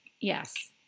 Yes